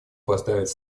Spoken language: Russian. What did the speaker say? поздравить